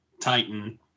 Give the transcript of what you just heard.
Titan